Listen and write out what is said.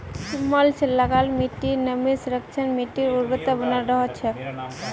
mulch लगा ल मिट्टीर नमीर संरक्षण, मिट्टीर उर्वरता बनाल रह छेक